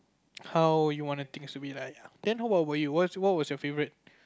how you want the things to be like then how what about you what was your favourite